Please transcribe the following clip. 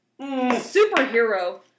superhero